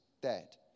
dead